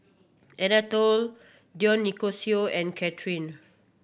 Anatole Dionicio and Cathrine